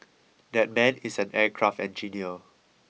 that man is an aircraft engineer